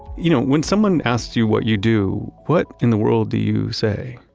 you know when someone asks you what you do, what in the world do you say?